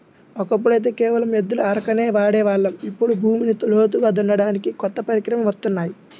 ఒకప్పుడైతే కేవలం ఎద్దుల అరకనే వాడే వాళ్ళం, ఇప్పుడు భూమిని లోతుగా దున్నడానికి కొత్త పరికరాలు వత్తున్నాయి